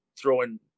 throwing